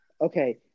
okay